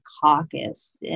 Caucus